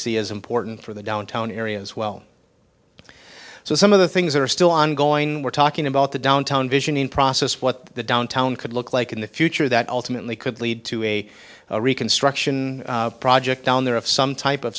see is important for the downtown area as well so some of the things that are still ongoing we're talking about the downtown vision in process what the downtown could look like in the future that ultimately could lead to a reconstruction project down there of some type of